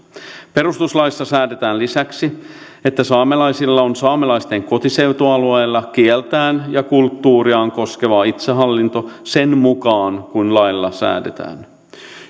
perustuslaissa säädetään lisäksi että saamelaisilla on saamelaisten kotiseutualueella kieltään ja kulttuuriaan koskeva itsehallinto sen mukaan kuin lailla säädetään